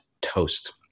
toast